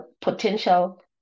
potential